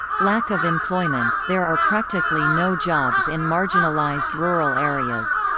lack of employment there are practically no jobs in marginalized rural areas.